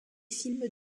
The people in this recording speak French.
films